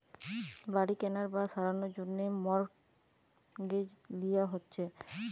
বাড়ি কেনার বা সারানোর জন্যে মর্টগেজ লিয়া হচ্ছে